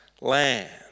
land